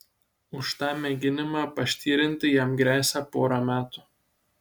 už tą mėginimą paštirinti jam gresia pora metų